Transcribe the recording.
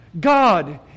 God